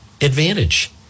advantage